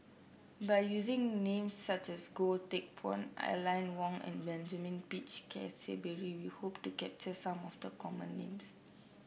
by using names such as Goh Teck Phuan Aline Wong and Benjamin Peach Keasberry we hope to capture some of the common names